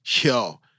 yo